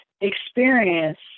experience